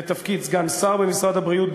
לתפקיד סגן שר במשרד הבריאות,